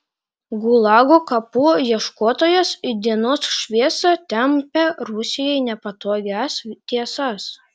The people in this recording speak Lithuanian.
gulago kapų ieškotojas į dienos šviesą tempia rusijai nepatogias tiesas